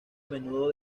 menudo